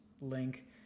link